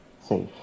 safe